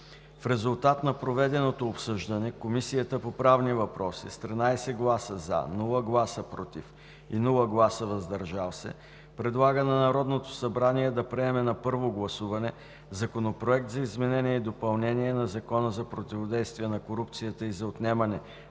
В резултат на проведеното обсъждане Комисията по правни въпроси с 13 гласа „за“, без „против“ и „въздържал се“ предлага на Народното събрание да приеме на първо гласуване Законопроект за изменение и допълнение на Закона за противодействие на корупцията и за отнемане